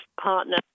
partner